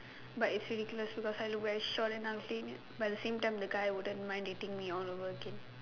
but it's ridiculous because I have to wear short that kind of thing but the same time the guy wouldn't mind dating me all over again